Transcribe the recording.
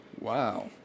Wow